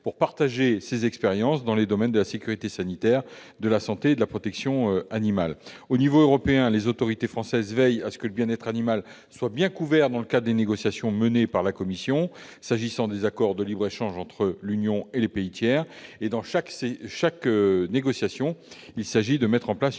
pour partager ses expériences dans les domaines de la sécurité sanitaire, de la santé et de la protection animales. Au niveau européen, les autorités françaises veillent à ce que le bien-être animal soit bien couvert dans le cadre des négociations menées par la Commission. S'agissant des accords de libre-échange entre l'Union et les pays tiers, et dans chaque négociation, il s'agit de mettre en place une